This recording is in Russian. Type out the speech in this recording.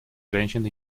женщин